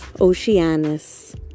Oceanus